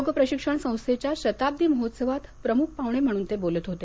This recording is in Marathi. योग प्रशिक्षण संस्थेच्या शताब्दी महोत्सवात प्रमुख पाहुणे म्हणून ते बोलत होते